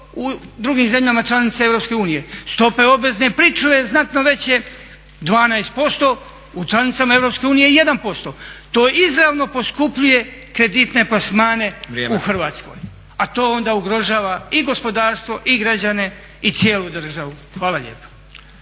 u drugim zemljama članicama EU. Stope obvezne pričuve znatno veće 12% u članicama EU 1%. To izravno poskupljuje kreditne plasmane u Hrvatskoj. …/Upadica Stazić: Vrijeme./… A to onda ugrožava i gospodarstvo i građane i cijelu državu. Hvala lijepa.